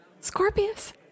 Scorpius